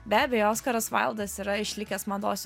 be abejo oskaras vaildas yra išlikęs mados